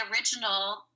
original